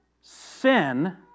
sin